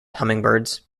hummingbirds